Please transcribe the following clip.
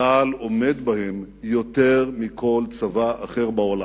צה"ל עומד בהם יותר מכל צבא אחר בעולם.